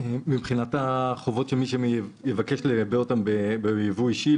מבחינת החובות של מי שיבקש לייבא את המוצרים בייבוא אישי,